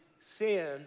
sin